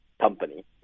company